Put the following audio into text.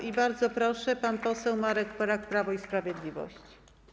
I bardzo proszę, pan poseł Marek Polak, Prawo i Sprawiedliwość.